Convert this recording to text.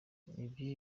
ibi